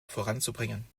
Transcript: voranzubringen